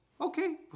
Okay